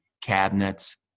cabinets